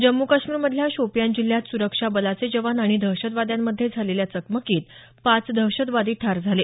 जम्मू काश्मीर मधल्या शोपियान जिल्ह्यात सुरक्षा बलाचे जवान आणि दहशतवाद्यांमध्ये झालेल्या चकमकीत पाच दहशतवादी ठार झाले